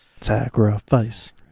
Sacrifice